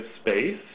space